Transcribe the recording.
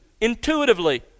intuitively